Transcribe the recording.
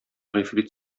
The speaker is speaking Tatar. гыйфрит